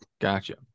Gotcha